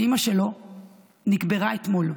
ואימא שלו נקברה אתמול.